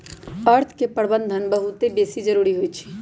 अर्थ के प्रबंधन बहुते बेशी जरूरी होइ छइ